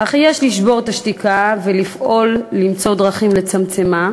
אך יש לשבור את השתיקה ולפעול למצוא דרכים לצמצומה